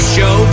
Show